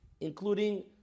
including